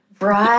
Right